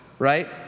Right